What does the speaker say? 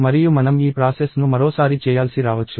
మరియు మనం ఈ ప్రాసెస్ ను మరోసారి చేయాల్సి రావచ్చు